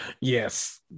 Yes